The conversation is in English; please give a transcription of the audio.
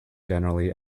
generally